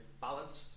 balanced